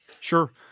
sure